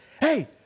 Hey